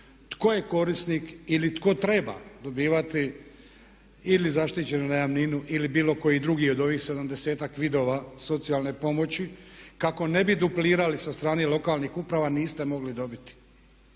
tko je korisnik ili tko treba dobivati ili zaštićenu najamninu ili bilo koji drugi od ovih 70.-tak vidova socijalne pomoći kako ne bi duplirali sa strane lokalnih uprava niste mogli dobit.